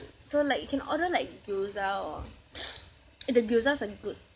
so like you can order like gyoza or eh the gyozas are good